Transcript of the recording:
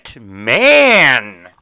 Man